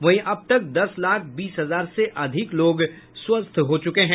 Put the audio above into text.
वहीं अब तक दस लाख बीस हजार से अधिक लोग स्वस्थ हो चुके हैं